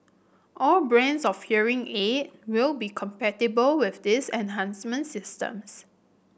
all brands of hearing aid will be compatible with these enhancement systems